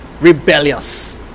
rebellious